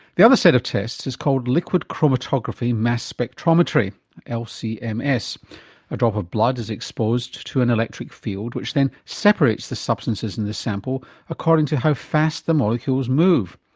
the other set of tests is called liquid chromatography mass spectrometry lcms. a drop of blood is exposed to an electric field which then separates the substances in the sample according to how fast the molecules move.